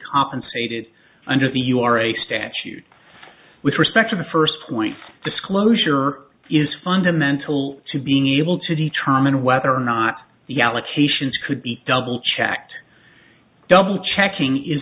compensated under the you are a statute with respect to the first point disclosure is fundamental to being able to determine whether or not the allocations could be double checked double checking is